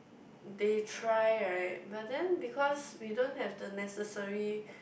they try right but then because we don't have the necessary